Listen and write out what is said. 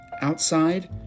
outside